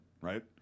right